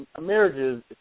marriages